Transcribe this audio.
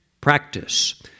practice